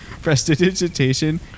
Prestidigitation